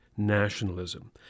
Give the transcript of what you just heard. nationalism